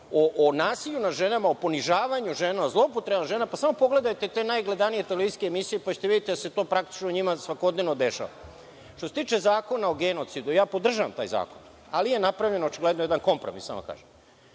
o nasilju nad ženama, o ponižavanju žena, o zloupotrebi žena, samo pogledajte te najgledanije televizijske emisije, pa ćete videti da se to praktično njima svakodnevno dešava. Što se tiče zakona o genocidu, podržavam taj zakon, ali je napravljen očigledno jedan kompromis, samo da